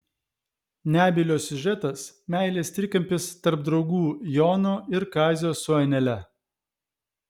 nebylio siužetas meilės trikampis tarp draugų jono ir kazio su anele